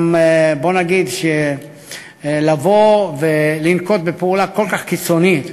גם, בוא נגיד שלבוא ולנקוט פעולה כל כך קיצונית,